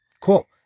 Cool